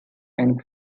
and